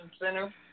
Center